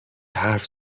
حرف